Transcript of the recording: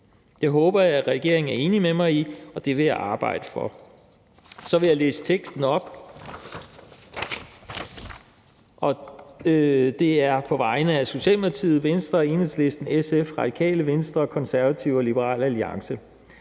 Det håber jeg regeringen er enig med mig i, og det vil jeg arbejde for. Så vil jeg læse en tekst op, og det er på vegne af Socialdemokratiet, Venstre, Enhedslisten, SF, Radikale Venstre, Konservative og Liberal Alliance,